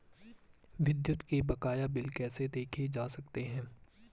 विद्युत के बकाया बिल कैसे देखे जा सकते हैं?